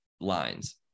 lines